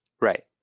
Right